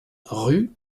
rue